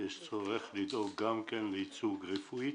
יש צורך גם לדאוג לייצוג רפואי.